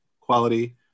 quality